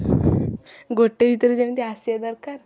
ଗୋଟେ ଭିତରେ ଯେମିତି ଆସିବା ଦରକାର